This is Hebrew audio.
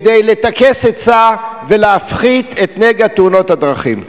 כדי לטכס עצה ולהפחית את נגע תאונות הדרכים?